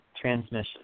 transmission